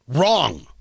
Wrong